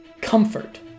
comfort